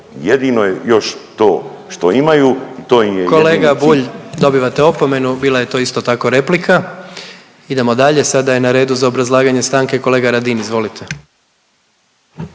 jedino je još to što imaju i to im je jedini cilj. **Jandroković, Gordan (HDZ)** Kolega Bulj dobivate opomenu, bila je to isto tako replika. Idemo dalje, sada je na redu za obrazlaganje stanke kolega Radin, izvolite.